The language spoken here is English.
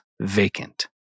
vacant